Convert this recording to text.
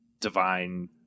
divine